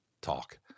talk